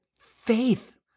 faith